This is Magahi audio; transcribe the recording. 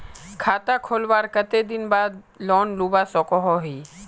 खाता खोलवार कते दिन बाद लोन लुबा सकोहो ही?